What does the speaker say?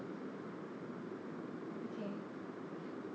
okay